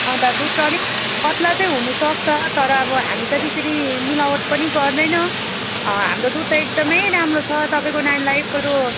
अनि त दुध चाहिँ अलिक पतला चाहिँ हुनुसक्छ तर अब हामी त त्यसरी मिलावट पनि गर्दैन हाम्रो दुध त एकदमै राम्रो छ तपाईँको नानीलाई एकपल्ट